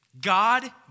God